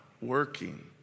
working